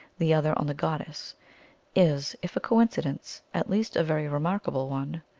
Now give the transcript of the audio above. the other on the goddess is, if a coin cidence, at least a very remarkable one.